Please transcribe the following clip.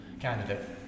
candidate